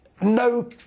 no